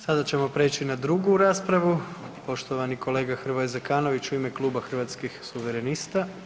Sada ćemo preći na drugu raspravu, poštovani kolega Hrvoje Zekanović u ime Kluba Hrvatskih suverenista.